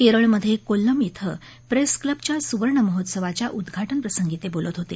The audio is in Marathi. केरळमध्ये कोल्लम इथं प्रेस क्लबच्या सुवर्ण महोत्सवाच्या उद्घाटनप्रसंगी ते बोलत होते